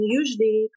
usually –